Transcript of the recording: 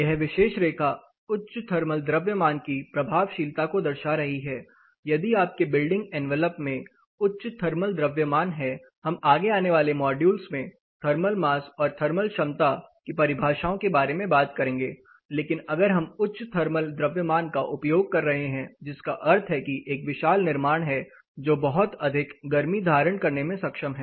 यह विशेष रेखा उच्च थर्मल द्रव्यमान की प्रभावशीलता को दर्शा रही है यदि आपके बिल्डिंग एनवेलप में उच्च थर्मल द्रव्यमान है हम आगे आने वाले मॉड्यूल में थर्मल मास और थर्मल थर्मल क्षमता की परिभाषाओं के बारे में बात करेंगे लेकिन अगर हम उच्च थर्मल द्रव्यमान का उपयोग कर रहे हैं जिसका अर्थ है कि यह एक विशाल निर्माण है तो यह बहुत अधिक गर्मी धारण करने में सक्षम है